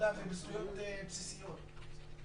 אדם ובזכויות בסיסיות.